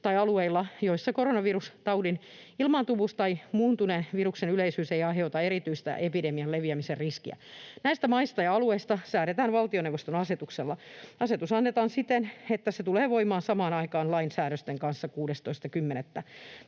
alueilla, missä koronavirustaudin ilmaantuvuus tai muuntuneen viruksen yleisyys ei aiheuta erityistä epidemian leviämisen riskiä. Näistä maista ja alueista säädetään valtioneuvoston asetuksella. Asetus annetaan siten, että se tulee voimaan samaan aikaan lain säännösten kanssa 16.10.